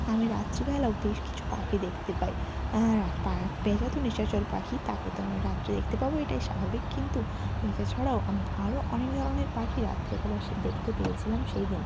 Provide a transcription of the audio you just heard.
আমি রাত্রে বেলাও বেশ কিছু পাখি দেখতে পাই আর প্যাঁচা তো নিশাচর পাখি তাকে তো আমি রাত্রে দেখতে পাবো এটাই স্বাভাবিক কিন্তু প্যাঁচা ছাড়াও আমি আরো অনেক ধরনের পাখি রাত্রে বেলা সে দেখতে পেয়েছিলাম সেই দিন